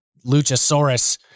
Luchasaurus